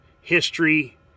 history